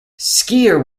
skier